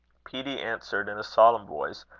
peetie answered in a solemn voice,